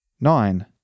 nine